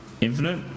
infinite